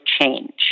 change